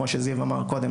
כמו שזיו אמר קודם,